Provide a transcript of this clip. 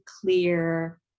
clear